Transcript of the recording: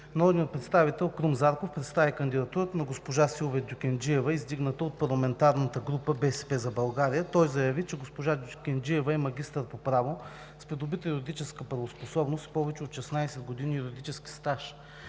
„Народният представител Крум Зарков представи кандидатурата на госпожа Силва Дюкенджиева, издигната от парламентарната група „БСП за България“. Той заяви, че госпожа Дюкенджиева е магистър по право, с придобита юридическа правоспособност и повече от 16 години юридически стаж.